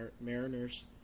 Mariners